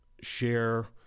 share